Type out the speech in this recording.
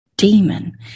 demon